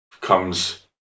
comes